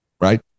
right